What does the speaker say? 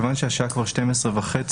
כיוון שהשעה כבר 12:30,